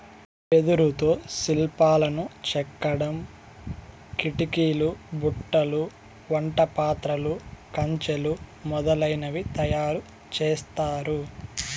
వెదురుతో శిల్పాలను చెక్కడం, కిటికీలు, బుట్టలు, వంట పాత్రలు, కంచెలు మొదలనవి తయారు చేత్తారు